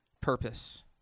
purpose